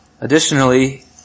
Additionally